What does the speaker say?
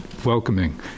welcoming